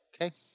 Okay